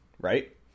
right